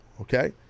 okay